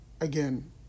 Again